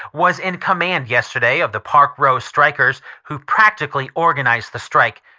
was in command yesterday of the park row strikers, who practically organized the strike.